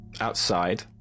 Outside